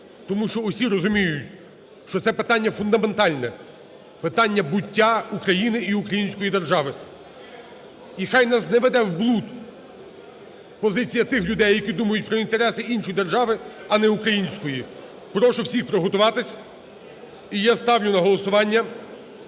тому що усі розуміють, що це питання фундаментальне, питання буття України і української держави. І хай нас не веде в блуд позиція тих людей, які думають про інтереси іншої держави, а не української. Прошу всіх приготуватись. І я ставлю на голосування